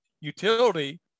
utility